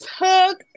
took